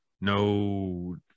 No